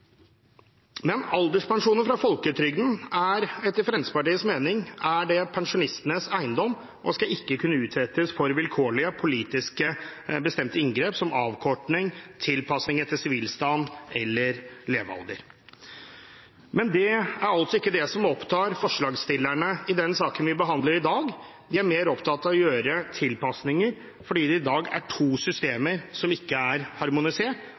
Men alderspensjonene fra folketrygden er etter Fremskrittspartiets mening pensjonistenes eiendom og skal ikke kunne utsettes for vilkårlige, politisk bestemte inngrep som avkortning, tilpasning etter sivilstand eller levealder. Men det er altså ikke det som opptar forslagsstillerne i den saken vi behandler i dag. De er mer opptatt av å gjøre tilpasninger fordi det i dag er to systemer som ikke er harmonisert,